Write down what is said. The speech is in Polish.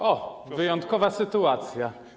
O, wyjątkowa sytuacja.